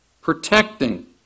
protecting